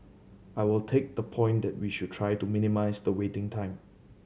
I will take the point that we should try to minimise the waiting time